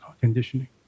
conditioning